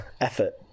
effort